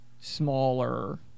smaller